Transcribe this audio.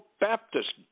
Baptist